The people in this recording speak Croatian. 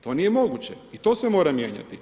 To nije moguće i to se mora mijenjati.